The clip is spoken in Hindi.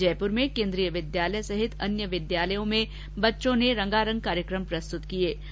भरतपुर में केन्द्रीय विद्यालय सहित अन्य विद्यालयों में बच्चों द्वारा रंगारंग कार्यक्रम प्रस्तुत किये गये